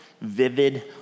vivid